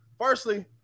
firstly